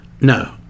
No